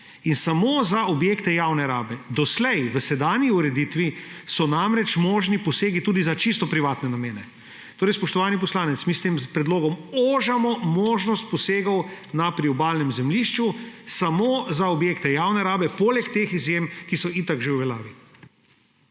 in samo za objekte javne rabe. Doslej, v sedanji ureditvi so namreč možni posegi tudi za čisto privatne namene. Torej spoštovani poslanec, mi s tem predlogom ožamo možnost posegov na priobalnem zemljišču samo za objekte javne rabe, poleg teh izjem, ki so že itak v veljavi.